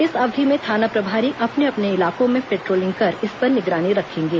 इस अवधि में थाना प्रभारी अपने अपने इलाकों में पेट्रोलिंग कर इस पर निगरानी रखेंगे